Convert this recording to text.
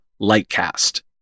Lightcast